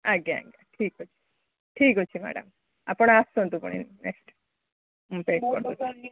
ଆଜ୍ଞା ଆଜ୍ଞା ଠିକ୍ ଅଛି ଠିକ୍ ଅଛି ମ୍ୟାଡ଼ମ୍ ଆପଣ ଆସନ୍ତୁ ପୁଣି ନେକ୍ସଟ ଠିକ୍ ଅଛି